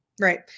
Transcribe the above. Right